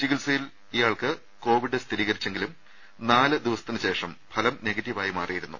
ചികിത്സയിൽ ഇയാൾക്ക് കോവിഡ് സ്ഥിരീകരിച്ചെങ്കിലും നാലു ദിവസത്തിന് ശേഷം ഫലം നെഗറ്റീവ് ആയി മാറിയിരുന്നു